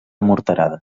morterada